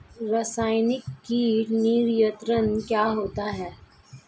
रसायनिक कीट नियंत्रण क्या होता है?